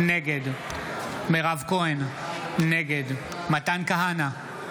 נגד מירב כהן, נגד מתן כהנא,